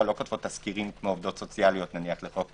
לא כותבות תסקירים כמו עובדות סוציאליות לחוק